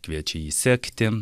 kviečia jį sekti